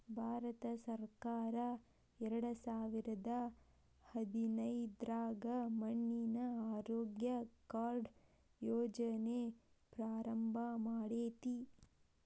ಭಾರತಸರ್ಕಾರ ಎರಡಸಾವಿರದ ಹದಿನೈದ್ರಾಗ ಮಣ್ಣಿನ ಆರೋಗ್ಯ ಕಾರ್ಡ್ ಯೋಜನೆ ಪ್ರಾರಂಭ ಮಾಡೇತಿ